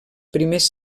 primers